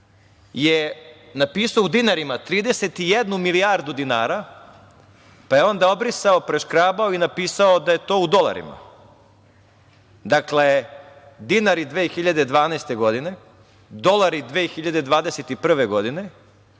je napisao u dinarima, 31 milijardu dinara, pa je onda obrisao, preškrabao i napisao da je to u dolarima. Dakle, dinari 2012. godine, dolari 2021. godine.